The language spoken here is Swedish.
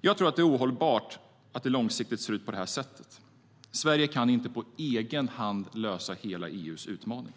Jag tror att det är ohållbart att det långsiktigt ser ut på det här sättet. Sverige kan inte på egen hand lösa alla EU:s utmaningar.